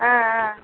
ஆ ஆ